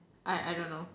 I I don't know